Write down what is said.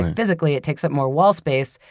physically it takes up more wall space,